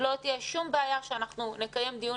לא תהיה שום בעיה שאנחנו נקיים דיון